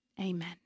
amen